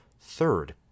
third